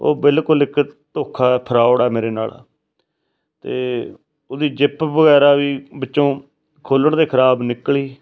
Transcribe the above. ਉਹ ਬਿਲਕੁਲ ਇੱਕ ਧੋਖਾ ਫਰੋਡ ਆ ਮੇਰੇ ਨਾਲ ਅਤੇ ਉਹਦੀ ਜਿਪ ਵਗੈਰਾ ਵੀ ਵਿੱਚੋਂ ਖੋਲਣ 'ਤੇ ਖਰਾਬ ਨਿਕਲੀ